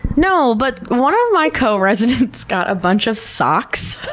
no, but one of my co-residents got a bunch of socks.